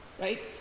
right